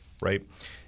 right